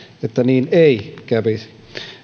että niin ei kävisi